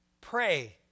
Pray